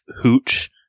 Hooch